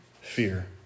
fear